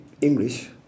English